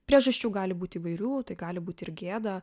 priežasčių gali būti įvairių tai gali būti ir gėda